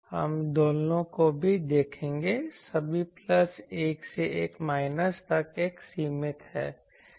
हम दोलनों को भी देखेंगे सभी प्लस 1 से 1 माइनस 1 तक सीमित हैं